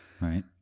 Right